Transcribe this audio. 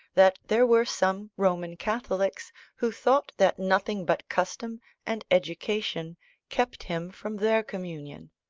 that there were some roman catholics who thought that nothing but custom and education kept him from their communion.